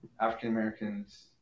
African-Americans